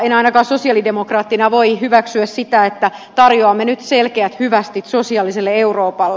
en ainakaan sosialidemokraattina voi hyväksyä sitä että tarjoamme nyt selkeät hyvästit sosiaaliselle euroopalle